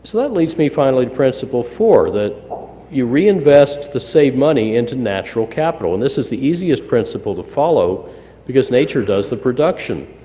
so that leads me finally to principle four that you reinvest to save money into natural capital. and this is the easiest principle to follow because nature does the production.